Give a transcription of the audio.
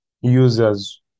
users